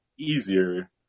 easier